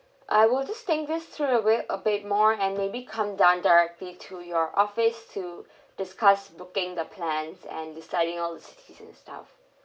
I will just think this through a bit a bit more and maybe come down directly to your office to discuss booking the plans and deciding all cities and stuff